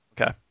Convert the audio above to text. Okay